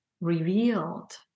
revealed